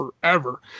forever